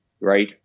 right